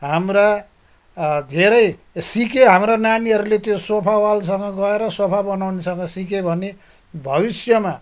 हाम्रा धेरै सिके हाम्रो नानीहरूले त्यो सोफावालसँग गएर सोफा बनाउनेसँग सिके भने भविष्यमा